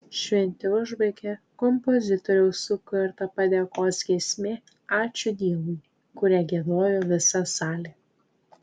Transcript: šventę užbaigė kompozitoriaus sukurta padėkos giesmė ačiū dievui kurią giedojo visa salė